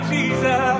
Jesus